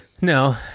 No